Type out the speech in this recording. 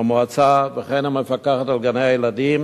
במועצה וכן המפקחת על גני-הילדים